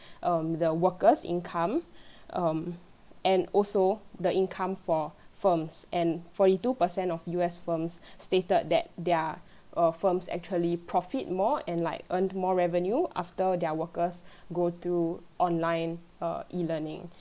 um the workers' income um and also the income for firms and forty two percent of U_S firms stated that their err firms actually profit more and like earn more revenue after their workers go through online err E learning